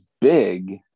big